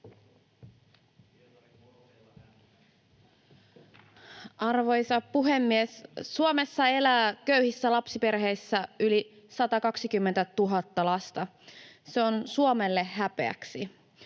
Arvoisa puhemies! Suomessa elää köyhissä lapsiperheissä yli 120 000 lasta. Se on Suomelle häpeäksi.